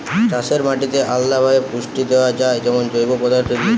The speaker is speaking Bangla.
চাষের মাটিতে আলদা ভাবে পুষ্টি দেয়া যায় যেমন জৈব পদার্থ দিয়ে